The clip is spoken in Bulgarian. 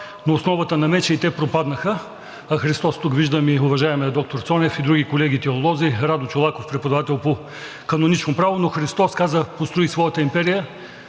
на основата на меча и те пропаднаха, а Христос… тук виждам и уважаемия доктор Цонев, и други колеги теолози, Радо Чолаков – преподавател по канонично право, но Христос построи своята империя